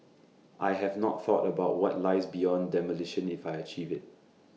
I have not thought about what lies beyond demolition if I achieve IT